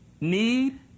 need